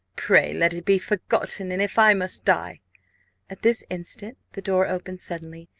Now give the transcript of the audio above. pray let it be forgotten and if i must die at this instant the door opened suddenly,